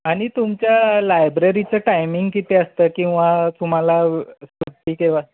आणि तुमच्या लायब्ररीचं टायमिंग किती असतं किंवा तुम्हाला सुट्टी केव्हा